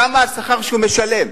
מה השכר שהוא משלם.